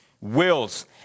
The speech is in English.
wills